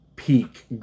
peak